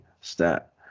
stat